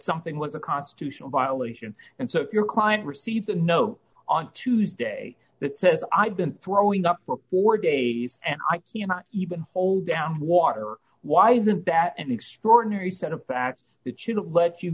something was a constitutional violation and so if your client receives a note on tuesday that says i've been throwing up for four days and i cannot even hold down water why isn't that an extraordinary set of facts that should have let you